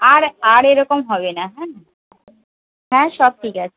আর আর এরকম হবে না হ্যাঁ হ্যাঁ সব ঠিক আছে